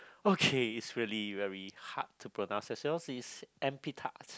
okay it's really very hard to pronounce as well so it's